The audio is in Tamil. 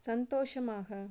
சந்தோஷமாக